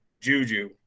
Juju